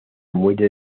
muelle